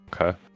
Okay